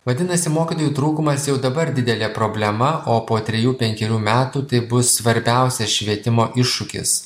vadinasi mokytojų trūkumas jau dabar didelė problema o po trejų penkerių metų tai bus svarbiausias švietimo iššūkis